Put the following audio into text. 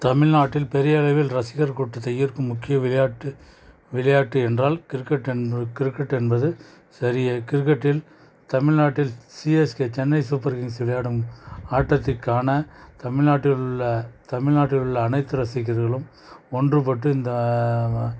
தமிழ்நாட்டில் பெரிய அளவில் ரசிகர் கூட்டத்தை ஈர்க்கும் முக்கிய விளையாட்டு விளையாட்டு என்றால் கிரிக்கெட் என்று கிரிக்கெட் என்பது சரியே கிரிக்கெட்டில் தமிழ்நாட்டில் சிஎஸ்கே சென்னை சூப்பர் கிங்ஸ் விளையாடும் ஆட்டத்தைக்காண தமிழ்நாட்டிலுள்ள தமிழ்நாட்டில் உள்ள அனைத்து ரசிகர்களும் ஒன்றுப்பட்டு இந்த